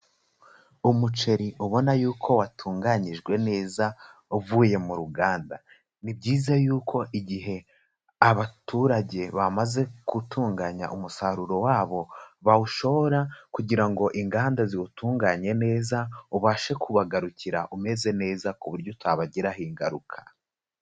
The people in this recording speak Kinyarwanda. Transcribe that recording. Umuceri ubona yuko watunganyijwe neza, uvuye mu ruganda. Ni byiza yuko igihe abaturage bamaze gutunganya umusaruro wabo, bawusho kugira ngo inganda ziwutunganye neza, ubashe kubagarukira umeze neza ku buryo utabagiraho ingaruka.